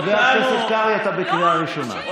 חבר הכנסת קרעי, אתה בקריאה ראשונה.